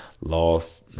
Lost